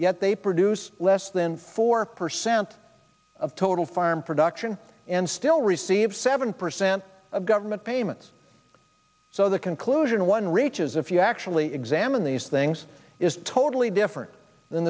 yet they produce less than four percent of total farm production and still receive seven percent of government payments so the conclusion one reaches if you actually examine these things is totally different than